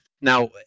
now